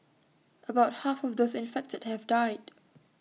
about half of those infected have died